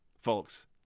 folks